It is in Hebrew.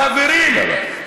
חברים,